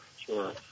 sure